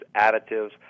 additives